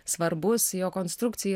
svarbus jo konstrukcija